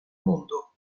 mundo